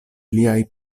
liaj